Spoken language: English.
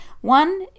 one